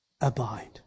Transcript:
abide